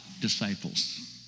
disciples